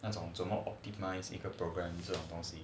那种 to optimise 一个 programs 这种东西